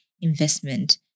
investment